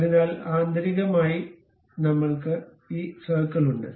അതിനാൽ ആന്തരികമായി നമ്മൾക്ക് ഈ സർക്കിൾ ഉണ്ട്